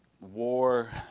war